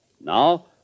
Now